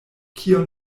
kion